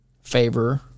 favor